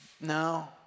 No